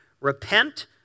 repent